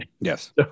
Yes